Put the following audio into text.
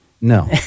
No